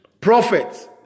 prophets